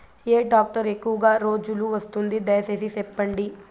ఏ tractor ఎక్కువగా రోజులు వస్తుంది, దయసేసి చెప్పండి?